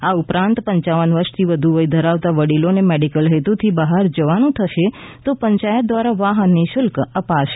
આ ઉપરાંત પપ વર્ષથી વધુની વય ધરાવતા વડીલોને મેડિકલ હેતુથી બહાર જવાનું થશે તો પંચાયત દ્વારા વાહન નિઃશુલ્ક અપાશે